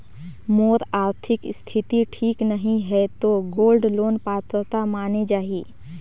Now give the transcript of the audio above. मोर आरथिक स्थिति ठीक नहीं है तो गोल्ड लोन पात्रता माने जाहि?